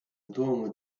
duomo